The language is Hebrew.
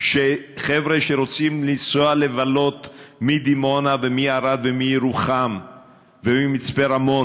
שחבר'ה שרוצים לנסוע מדימונה ומערד ומירוחם וממצפה-רמון,